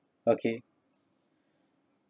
okay